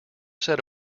said